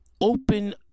Open